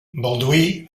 balduí